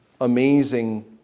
amazing